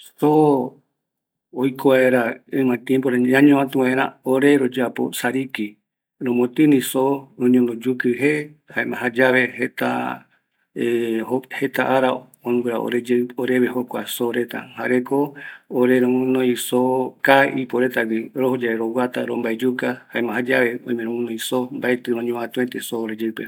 Ore soo roñovätu vaera, ore royapo sariki, romotini soo, roñono yukɨ jee jare jayave jeta ara ondura ore jokua soo reta, jareko ore roguinoi soo kaa iporetagui, rojo yave roguata, rombaeyuka, jaema jayave roguinoi soo, mbaetɨ roñovatuete